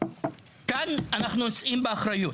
כאן אנחנו נושאים באחריות.